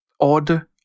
odd